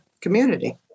community